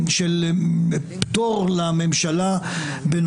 כשקוראים את פסק הדין בלארה אל